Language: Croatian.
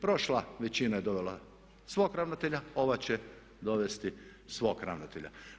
Prošla većina je dovela svog ravnatelja, ova će dovesti svog ravnatelja.